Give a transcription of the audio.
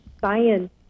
science